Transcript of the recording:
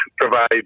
provide